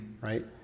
right